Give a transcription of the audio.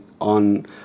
on